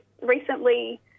recently